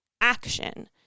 action